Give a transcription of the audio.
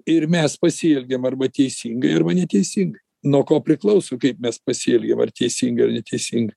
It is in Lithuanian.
ir mes pasielgiam arba teisingai arba neteisingai nuo ko priklauso kaip mes pasielgiam ar teisingai ar neteisingai